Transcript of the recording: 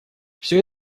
все